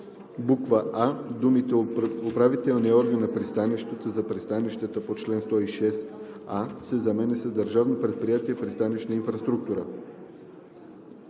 б. „а“ думите „управителният орган на пристанището – за пристанищата по чл. 106а“ се заменят с „Държавно предприятие „Пристанищна инфраструктура“.